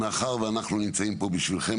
מאחר ואנחנו נמצאים פה בשבילכם,